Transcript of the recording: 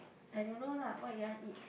I don't know lah what you want to eat